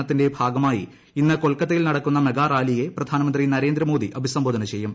പ്രചാരണത്തിന്റെ ഭാഗമായി ഇന്ന് കൊൽക്കത്തയിൽ നടക്കുന്ന മെഗാ റാലിയെ പ്രധാനമന്ത്രി നരേന്ദ്രമോദി അഭിസംബോധന ചെയ്യും